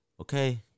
Okay